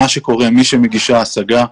מי שמגישה השגה,